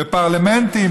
בפרלמנטים,